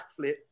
backflip